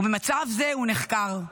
ובמצב זה הוא נחקר.